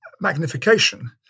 magnification